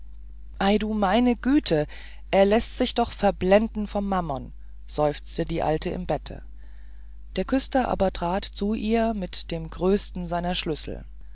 ei du meine güte läßt er sich doch verblenden vom mammon seufzte die alte im bette der küster aber trat zu ihr mit dem größten seiner schlüssel